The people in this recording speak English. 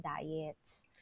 diets